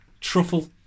Truffle